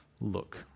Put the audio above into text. Look